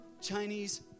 Chinese